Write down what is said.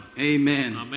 Amen